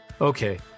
Okay